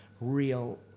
real